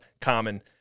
common